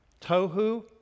tohu